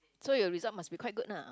so your result must be quite good lah